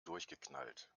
durchgeknallt